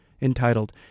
entitled